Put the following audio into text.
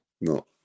No